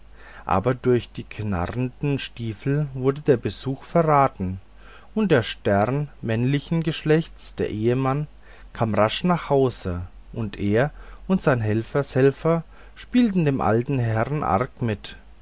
aber durch die knarrenden stiefel wurde der besuch verraten und der stern männlichen geschlechts der ehemann kam rasch nach hause und er und seine helfershelfer spielten dem alten herrn arg mit